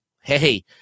Hey